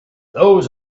those